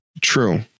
True